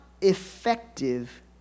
effective